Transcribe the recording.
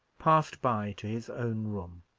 passed by to his own room.